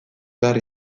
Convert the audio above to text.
behar